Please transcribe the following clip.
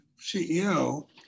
CEO